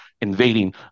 invading